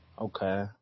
Okay